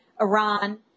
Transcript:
Iran